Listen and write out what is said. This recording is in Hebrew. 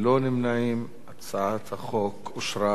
החוק אושר בקריאה שלישית.